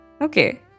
Okay